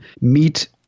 meet